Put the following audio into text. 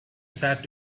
sad